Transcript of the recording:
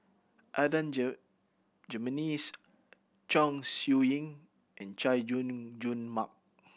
Adan Jimenez Chong Siew Ying and Chay Jung Jun Mark